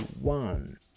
one